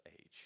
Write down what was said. age